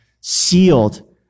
sealed